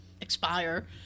expire